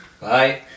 Bye